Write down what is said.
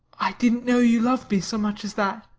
i didn't know you loved me so much as that.